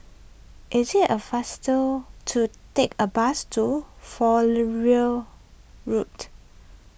is it a faster to take a bus to Fowlie Road